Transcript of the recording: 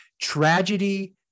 Tragedy